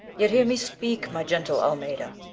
yet hear me speak, my gentle almeda.